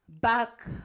back